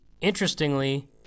interestingly